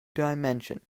dimension